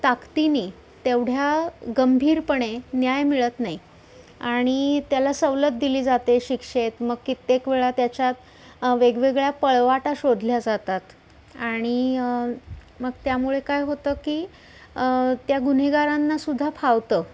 ताकदीने तेवढ्या गंभीरपणे न्याय मिळत नाही आणि त्याला सवलत दिली जाते शिक्षेत मग कित्येक वेळा त्याच्यात वेगवेगळ्या पळवाटा शोधल्या जातात आणि मग त्यामुळे काय होतं की त्या गुन्हेगारांनासुद्धा फावतं